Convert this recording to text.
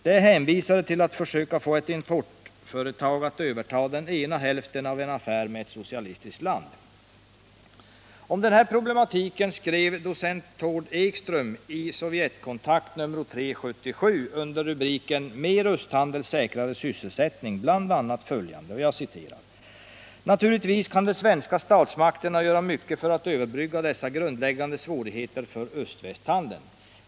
De är hänvisade till att försöka få ett importföretag att överta den ena hälften av en affär med ett socialistiskt land. Om denna problematik skrev docent Tord Ekström i Sovjetkontakt nr 3 1977 under rubriken Mer östhandel — säkrare sysselsättning bl.a. följande: ”Naturligtvis kan de svenska statsmakterna göra mycket för att överbrygga dessa grundläggande svårigheter för öst-västhandeln.